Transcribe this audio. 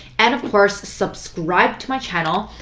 and of course, subscribe to my channel.